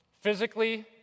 Physically